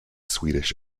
swedish